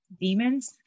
demons